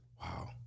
Wow